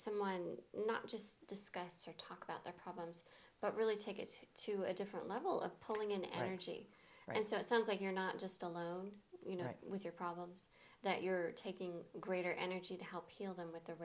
someone not just discuss or talk about their problems but really take it to a different level of pulling in energy and so it sounds like you're not just alone you know with your problems that you're taking greater energy to help heal them with the